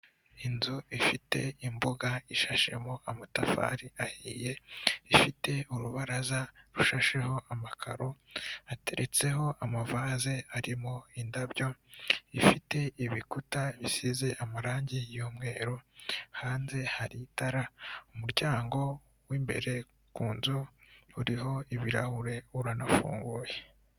Inzu ifite imbuga ishashemo amatafari ahiye, ifite urubaraza rushasheho amakaro ateretseho ama vaze arimo indabyo, ifite ibikuta bisize amarangi y'umweru hanze hari itara umuryango w'imbere ku nzu uriho ibirahure uranafunguye.